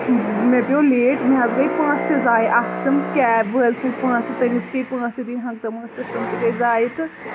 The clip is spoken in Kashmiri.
مےٚ پیوٚو لیٹ مےٚ حظ گے پوٛنسہٕ تہِ زایہِ اَتھ تِم کیب وٲلۍ سٔندۍ پوٛنسہٕ تٔمِس پیٚیہِ پوٛنسہٕ دِنۍ ہَنگتہٕ مَنگَس پٮ۪ٹھ تٔم تہِ گے ضایہِ تہٕ